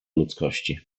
ludzkości